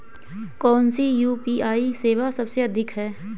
कौन सी यू.पी.आई सेवा सबसे अच्छी है?